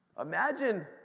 Imagine